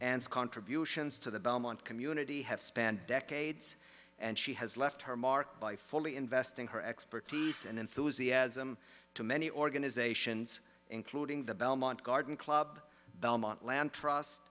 as contributions to the belmont community have spanned decades and she has left her mark by fully investing her expertise and enthusiasm to many organizations including the belmont garden club belmont land trust